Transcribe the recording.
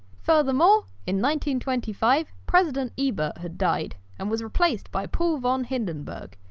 furthermore, in one twenty five, president ebert had died and was replaced by paul von hindenburg,